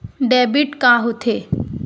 Debit का होथे?